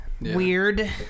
weird